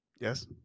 Yes